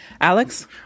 alex